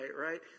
right